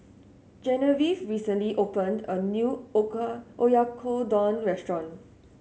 Genevieve recently opened a new Oyakodon Restaurant